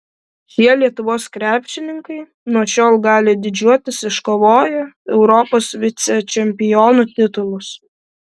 šie lietuvos krepšininkai nuo šiol gali didžiuotis iškovoję europos vicečempionų titulus